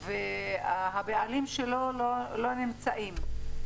ובעליו לא נמצאים,